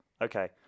Okay